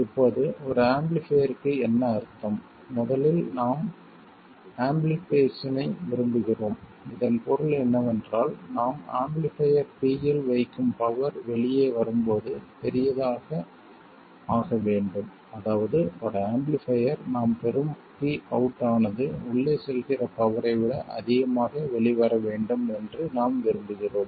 இப்போது ஒரு ஆம்பிளிஃபைர்க்கு என்ன அர்த்தம் முதலில் நாம் ஆம்பிளிஃபிகேஷனை விரும்புகிறோம் இதன் பொருள் என்னவென்றால் நாம் ஆம்பிளிஃபைர் P இல் வைக்கும் பவர் வெளியே வரும்போது பெரிதாக ஆக வேண்டும் அதாவது ஒரு ஆம்பிளிஃபைர் நாம் பெறும் Pout ஆனது உள்ளே செல்கிற பவரை விட அதிகமாக வெளிவர வேண்டும் என்று நாம் விரும்புகிறோம்